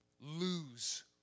lose